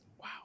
wow